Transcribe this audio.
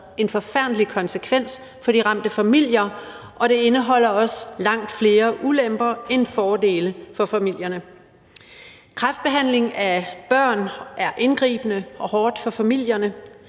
en forfærdelig konsekvens for de ramte familier, og det indeholder også langt flere ulemper end fordele for familierne. Kræftbehandling af børn er indgribende og hårdt for familierne.